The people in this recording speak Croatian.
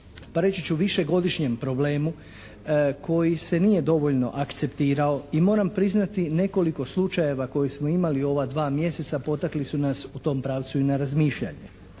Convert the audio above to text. pa reći ću višegodišnjem problemu koji se nije dovoljno akceptirao i moram priznati nekoliko slučajeve koje smo imali u ova dva mjeseca potakli su nas u tom pravcu i na razmišljanje.